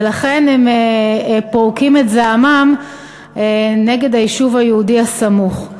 הם פורקים את זעמם נגד היישוב היהודי הסמוך.